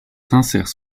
sincère